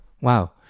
Wow